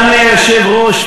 אדוני היושב-ראש,